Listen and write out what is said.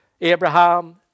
Abraham